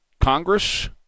Congress